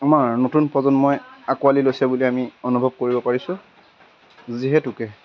আমাৰ নতুন প্ৰজন্মই আঁকোৱালি লৈছে বুলি আমি অনুভৱ কৰিব পাৰিছোঁ যিহেতুকে